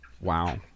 Wow